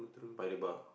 by the bar